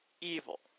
evil